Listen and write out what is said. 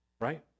right